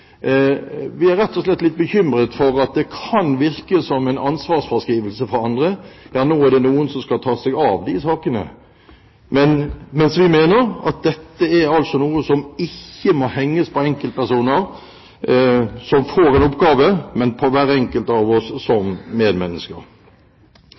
Vi er rett og slett litt bekymret for at det kan virke som en ansvarsfraskrivelse fra andre – ja, nå er det noen som skal ta seg av de sakene – mens vi mener at dette er noe som ikke må legges på enkeltpersoner som får en oppgave, men på hver enkelt av oss som medmennesker. Vi må aldri miste fokuset på at alle som